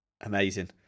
Amazing